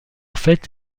fait